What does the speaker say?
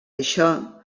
això